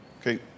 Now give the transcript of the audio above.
Okay